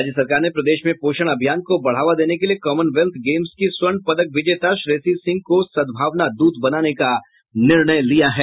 राज्य सरकार ने प्रदेश में पोषण अभियान को बढ़ावा देने के लिये कॉमन वेल्थ गेम्स की स्वर्ण पदक विजेता श्रेयसी सिंह को सद्भावना दूत बनाने का निर्णय लिया है